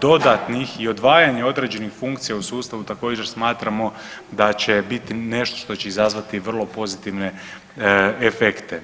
dodatnih i odvajanje određenih funkcija u sustavu, također, smatramo da će biti nešto što će izazvati vrlo pozitivne efekte.